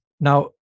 Now